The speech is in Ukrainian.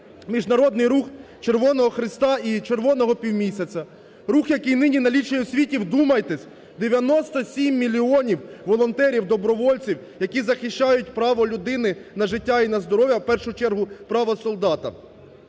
Міжнародний рух Червоного Хреста і Червоного Півмісяця, рух, який нині налічує у світі, вдумайтесь, 97 мільйонів волонтерів-добровольців, які захищають право людини на життя і на здоров'я, в першу чергу, право солдата.